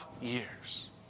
years